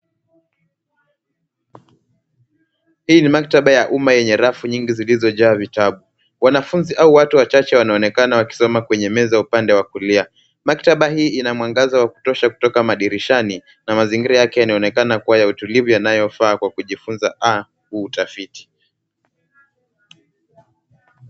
Hii ni maktaba ya umma yenye rafu nyingi zilizojaa vitabu. Wanafunzi au watu wachache wanaonekana wakisoma kwenye meza upande wa kulia. Maktaba hii ina mwangaza wa kutosha kutoka madirishani, na mazingira yake yanaonekana kuwa ya utulivu na yanayofaa kwa kujifunza au utafiti.